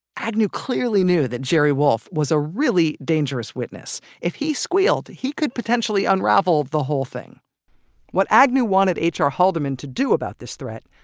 agnew clearly knew that jerry wolff was a really dangerous witness. if he squealed, he could potentially unravel the whole thing what agnew wanted hr haldeman to do about this threat.